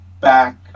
back